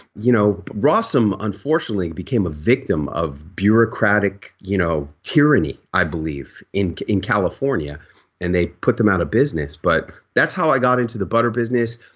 you know rawesome unfortunately became a victim of bureaucratic you know tyranny i believe in in california and they put them out of business. but that's how i got into the butter business.